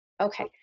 okay